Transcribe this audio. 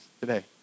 Today